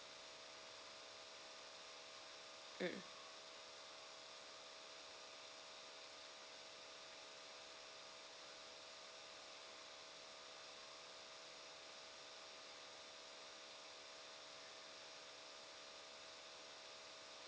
mm